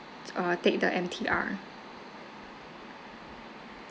uh take the M_T_R